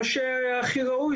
בעוונותיי,